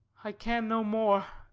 i can no more.